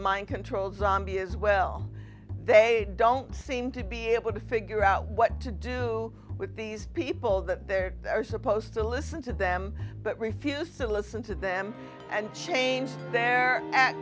mind controlled zombie is well they don't seem to be able to figure out what to do with these people that they're they're supposed to listen to them but refuse to listen to them and change their a